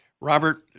Robert